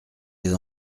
les